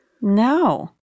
No